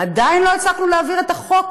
עדיין לא הצלחנו להעביר את החוק